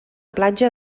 platja